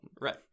Right